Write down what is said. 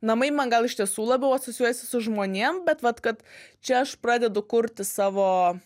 namai man gal iš tiesų labiau asocijuojasi su žmonėm bet vat kad čia aš pradedu kurti savo